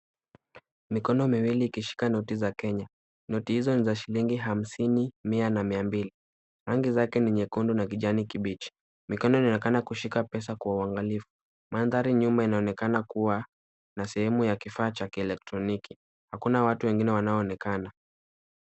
Mikono miwili ikishika noti za Kenya. Noti hizo ni za shilingi hamsini, mia na mia mbili. Rangi zake ni nyekundu na kijani kibichi. Mkono unaonekana ukishika pesa kwa uangalifu. Mandhari nyuma inaonekana kuwa na sehemu ya kifaa cha kielekroniki. Hakuna watu wengine wanaonekana.